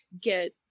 get